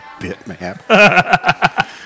Bitmap